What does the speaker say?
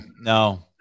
no